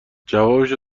جوابشو